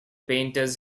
painters